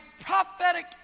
prophetic